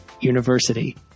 University